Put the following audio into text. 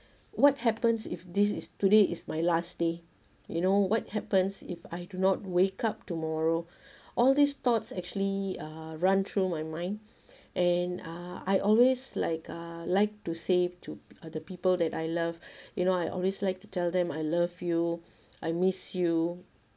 what happens if this is today is my last day you know what happens if I do not wake up tomorrow all these thoughts actually uh run through my mind and uh I always like uh like to say to other people that I love you know I always like to tell them I love you I miss you